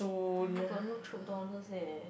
got no Chope dollars leh